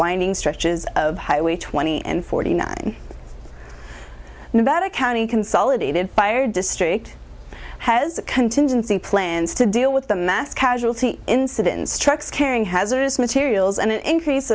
winding stretches of highway twenty and forty nine nevada county consolidated fire district has contingency plans to deal with the mass casualty incidents trucks carrying hazardous materials and an increase